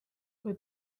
kui